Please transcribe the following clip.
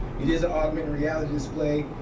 it is an augmented reality display.